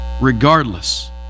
Regardless